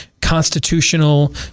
constitutional